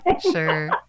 Sure